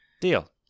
Deal